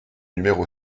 numéro